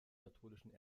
katholischen